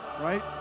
Right